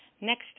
Next